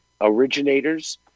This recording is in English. originators